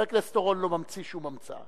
חבר הכנסת אורון לא ממציא שום המצאה.